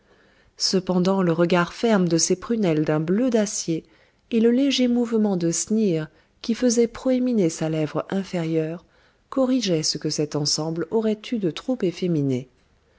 cependant le regard ferme de ses prunelles d'un bleu d'acier et le léger mouvement de sneer qui faisait proéminer sa lèvre inférieure corrigeaient ce que cet ensemble aurait eu de trop efféminé